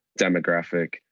demographic